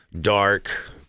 dark